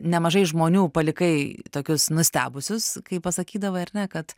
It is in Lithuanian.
nemažai žmonių palikai tokius nustebusius kai pasakydavai ar ne kad